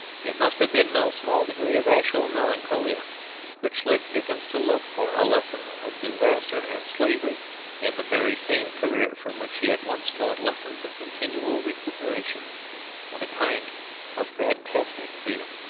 it must have been no small degree of actual melancholia which led dickens to look for a lesson of disaster and slavery in the very same career from which he had once taught lessons of continual recuperation and a kind of fantastic freedom.